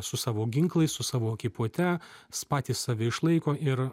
su savo ginklais su savo ekipuote s patys save išlaiko ir